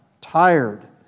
tired